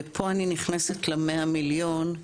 ופה אני נכנסת ל-100 מיליון.